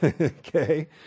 Okay